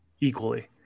equally